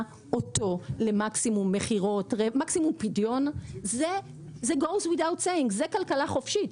אותו למקסימום מכירות ופדיון זו כלכלה חופשית,